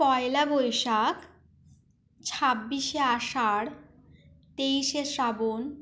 পয়লা বৈশাখ ছাব্বিশে আষাঢ় তেইশে শ্রাবণ